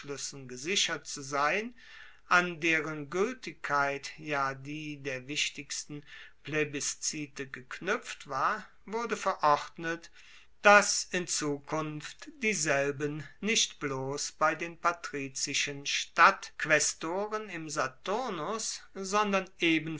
gesichert zu sein an deren gueltigkeit ja die der wichtigsten plebiszite geknuepft war wurde verordnet dass in zukunft dieselben nicht bloss bei den patrizischen stadtquaestoren im saturnus sondern